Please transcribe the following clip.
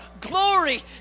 glory